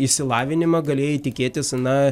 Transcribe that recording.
išsilavinimą galėjai tikėtis na